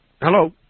Hello